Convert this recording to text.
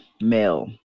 male